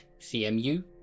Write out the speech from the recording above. cmu